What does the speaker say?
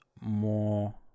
more